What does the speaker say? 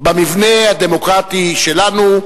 במבנה הדמוקרטי שלנו,